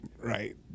right